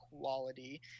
quality